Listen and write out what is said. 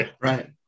Right